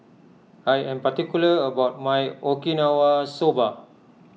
I am particular about my Okinawa Soba